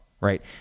right